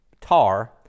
tar